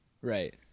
Right